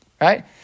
Right